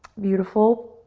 beautiful.